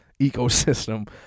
ecosystem